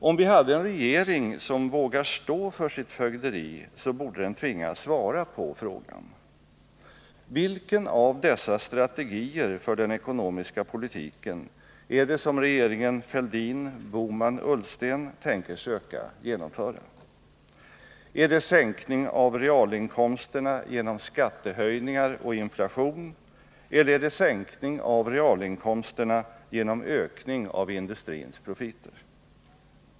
Om vi hade en regering som vågar stå för sitt fögderi så borde den tvingas svara på frågan: Vilken av dessa strategier för den ekonomiska politiken är det som regeringen Fälldin-Bohman-Ullsten tänker söka genomföra? Är det sänkning av realinkomsterna genom skattehöjningar och inflation eller är det sänkning av realinkomsterna genom ökning av industrins profiter?